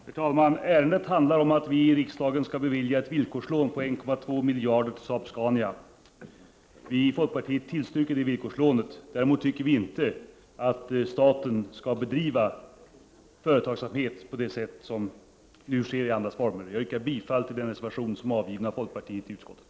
Herr talman! Ärendet handlar om att vi i riksdagen skall bevilja ett slags villkorslån på 1,2 miljarder till Saab-Scania. Vi i folkpartiet tillstyrker. Däremot tycker vi inte att staten skall bedriva företagsamhet där det bättre låter sig göras i andra former. Jag yrkar bifall till den reservation som är avgiven av folkpartiet i utskottet.